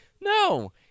No